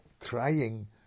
trying